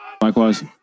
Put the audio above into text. Likewise